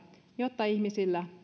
jotta ihmisillä